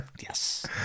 Yes